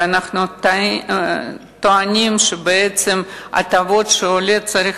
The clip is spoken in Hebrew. ואנחנו טוענים שבעצם ההטבות שעולה צריך